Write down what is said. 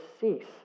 cease